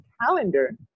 calendar